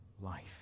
life